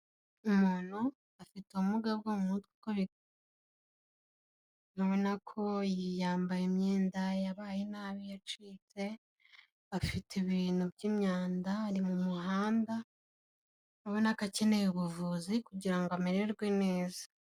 Umuntu afite ubumuga bwo mu mutwe. Ubona ko yambaye imyenda yabaye nabi yacitse, afite ibintu by'imyanda ari mu muhanda. Ubona ko akeneye ubuvuzi kugira ngo amererwe neza.